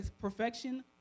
perfection